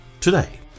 today